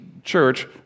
Church